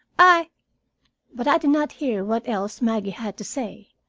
i but i did not hear what else maggie had to say.